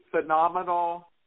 phenomenal